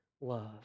love